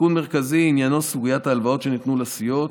תיקון מרכזי עניינו סוגיית ההלוואות שניתנות לסיעות.